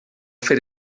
fer